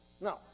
No